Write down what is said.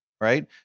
right